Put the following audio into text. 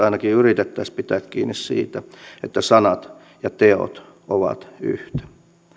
ainakin yritettäisiin pitää kiinni siitä että sanat ja teot ovat yhtä